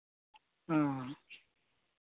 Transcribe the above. ᱚᱻ